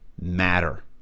matter